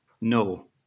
No